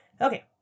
Okay